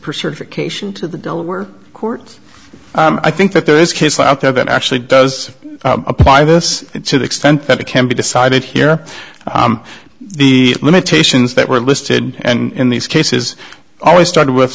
her certification to the delaware courts i think that there is a case out there that actually does apply this to the extent that it can be decided here the limitations that were listed and in these cases always started with